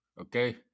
Okay